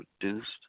produced